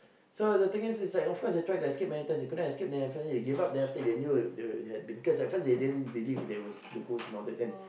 so the thing is is like of course they try to escape many times they couldn't escape then after that they gave up then after that they knew that that they had been cursed at first they didn't believe there as a ghost and all that then